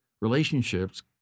Relationships